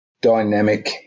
dynamic